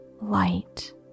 light